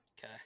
Okay